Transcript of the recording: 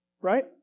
right